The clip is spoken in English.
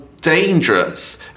dangerous